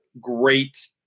great